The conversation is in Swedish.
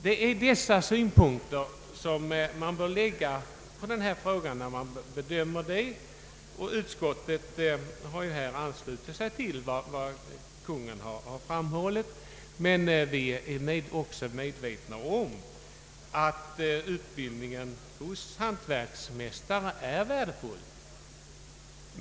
Det är dessa synpunkter som bör anläggas på frågan, och utskottet ansluter sig till vad Kungl. Maj:t har anfört på denna punkt. Men utskottet är också medvetet om att lärlingsutbildningen hos hantverksmästarna är värdefull.